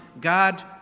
God